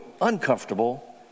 uncomfortable